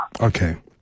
okay